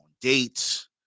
dates